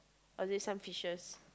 only some fishes